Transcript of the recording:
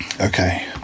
Okay